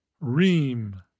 ream